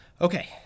Okay